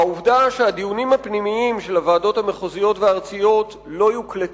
העובדה שהדיונים הפנימיים של הוועדות המחוזיות והארציות לא יוקלטו,